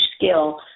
skill